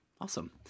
Awesome